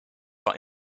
are